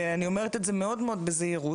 ואני אומרת את זה מאוד מאוד בזהירות,